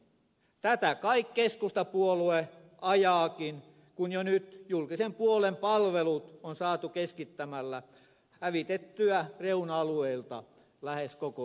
tätä kai keskustapuolue ajaakin kun jo nyt julkisen puolen palvelut on saatu keskittämällä hävitettyä reuna alueilta lähes kokonaan